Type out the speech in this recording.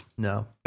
No